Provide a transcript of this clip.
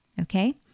okay